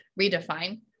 redefine